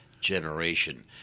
generation